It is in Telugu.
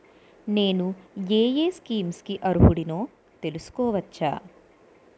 నేను యే యే స్కీమ్స్ కి అర్హుడినో తెలుసుకోవచ్చా?